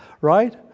Right